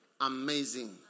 Amazing